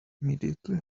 immediately